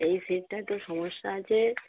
এই সিটটা একটু সমস্যা আছে